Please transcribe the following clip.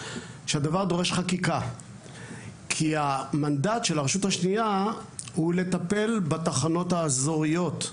שהדבר דורש חקיקה כי המנדט של הרשות השנייה הוא לטפל בתחנות האזוריות,